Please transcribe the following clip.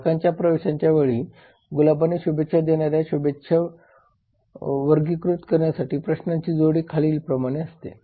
ग्राहकांच्या प्रवेशाच्या वेळी गुलाबाने शुभेच्छा देण्याच्या शुभेच्छा वर्गीकृत करण्यासाठी प्रश्नांची जोडी खालीलप्रमाणे असेल